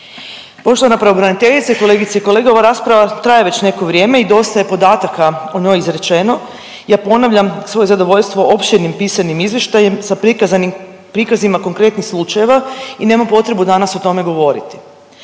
Poštovana pravobraniteljice, kolegice i kolege ova rasprava traje već neko vrijeme i dosta je podataka o njoj izrečeno. Ja ponavljam svoje zadovoljstvo opširnim pisanim izvještajem sa prikazanim, prikazima konkretnih slučajeva i nemam potrebu danas o tome govoriti.